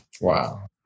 Wow